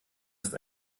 ist